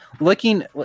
looking